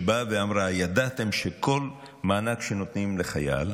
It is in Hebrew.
ידעתם שכל מענק שנותנים לחייל,